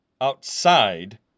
outside